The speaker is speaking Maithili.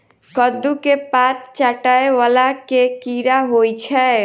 कद्दू केँ पात चाटय वला केँ कीड़ा होइ छै?